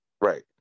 Right